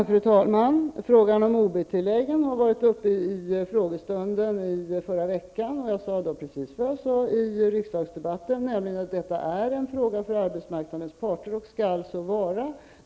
Fru talman! Frågan om OB-tilläggen debatterades vid frågestunden i förra veckan. Jag sade då, precis som jag sade i den andra riksdagsdebatten, att detta är en fråga för arbetsmarknadens parter och skall så vara.